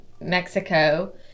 Mexico